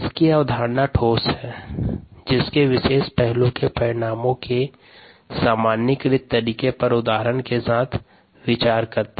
इसकी अवधारणा ठोस है जिसके विशेष पहलू के परिणामों के सामान्यीकृत तरीके पर उदाहरण के साथ विचार करें